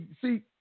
see